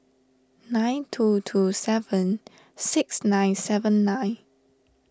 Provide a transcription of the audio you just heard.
nine two two seven six nine seven nine